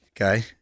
Okay